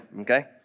okay